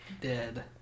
dead